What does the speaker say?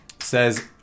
Says